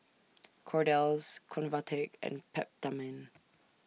Kordel's Convatec and Peptamen